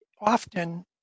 often